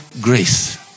grace